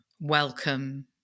welcome